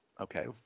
okay